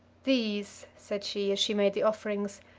these, said she, as she made the offerings,